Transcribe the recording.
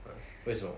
uh 为什么